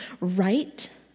right